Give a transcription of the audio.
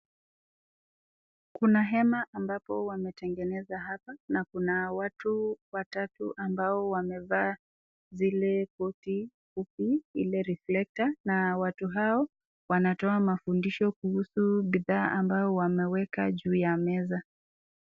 Kuna hema ambapo wametengeneza hapa na kuna watu watatu ambao wamevaa zile koti huku ile reflector na watu hao wanatoa mafundisho kuhusu bidhaa ambayo wameweka juu ya meza.